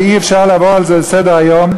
ואי-אפשר לעבור על זה לסדר-היום,